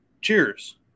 Cheers